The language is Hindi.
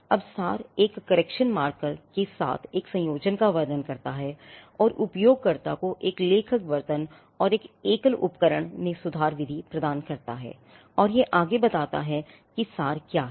अब सार एक करेक्शन मार्कर में सुधार विधि प्रदान करता है और यह आगे बताता है कि सार क्या है